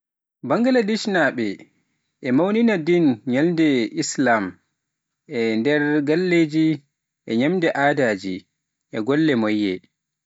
Bangladeshnaaɓe ina mawnina ɗeen ñalɗi lislaam e nder galleeji, e ñaamde aadaaji, e golle moƴƴe.